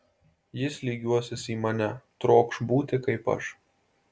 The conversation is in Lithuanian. jis lygiuosis į mane trokš būti kaip aš